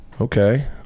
okay